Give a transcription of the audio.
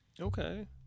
Okay